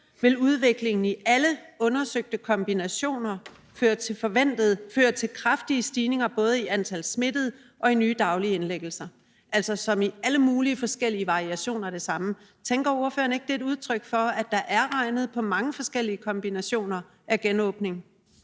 »vil udviklingen i alle undersøgte kombinationer føre til kraftige stigninger i både antal smittede og i nye daglige indlæggelser« – altså som i alle mulige forskellige variationer af det samme. Tænker ordføreren ikke, at det er et udtryk for, at der er regnet på mange forskellige kombinationer i